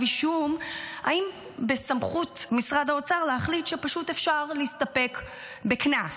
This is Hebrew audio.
אישום בסמכות משרד האוצר להחליט שפשוט אפשר להסתפק בקנס,